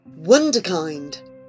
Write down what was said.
Wonderkind